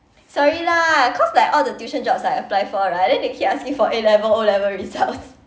sorry lah cause like all the tuition jobs I apply for right then they keep asking for A-level O-level results